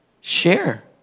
share